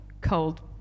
cold